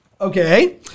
Okay